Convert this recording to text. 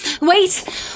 Wait